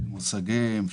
של מושגים,